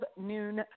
noon